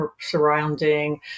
surrounding